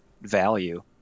value